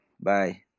Bye